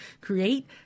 Create